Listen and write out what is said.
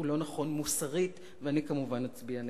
הוא לא נכון מוסרית, ואני, כמובן, אצביע נגדו.